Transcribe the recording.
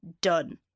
done